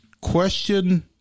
Question